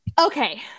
Okay